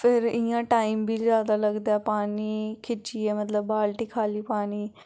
फिर इ'यां टाइम बी जादा लगदा पानी खिच्चियै मतलब बाल्टी खा'ल्ली पानी